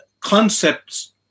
concepts